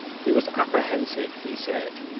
he was apprehensive, he said,